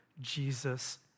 Jesus